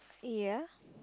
ya